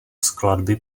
skladby